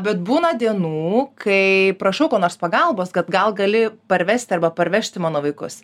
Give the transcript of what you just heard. bet būna dienų kai prašau ko nors pagalbos kad gal gali parvesti arba parvežti mano vaikus